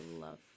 love